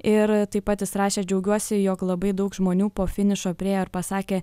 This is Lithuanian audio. ir taip pat jis rašė džiaugiuosi jog labai daug žmonių po finišo priėjo ir pasakė